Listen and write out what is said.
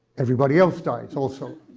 everybody else dies, also.